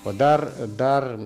o dar dar